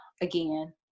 again